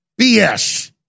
BS